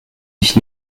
ich